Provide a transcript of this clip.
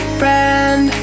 friend